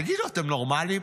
תגידו, אתם נורמליים?